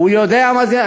בתעשייה האווירית.